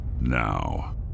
now